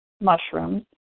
mushrooms